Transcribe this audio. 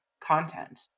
content